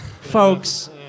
folks